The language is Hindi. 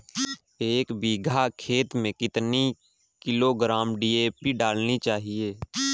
एक बीघा खेत में कितनी किलोग्राम डी.ए.पी डालनी चाहिए?